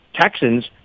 Texans